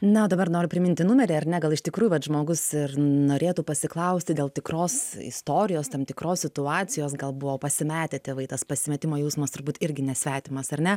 na dabar noriu priminti numerį ar ne gal iš tikrųjų vat žmogus ir norėtų pasiklausti dėl tikros istorijos tam tikros situacijos gal buvo pasimetę tėvai tas pasimetimo jausmas turbūt irgi nesvetimas ar ne